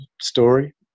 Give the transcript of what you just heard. story